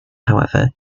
however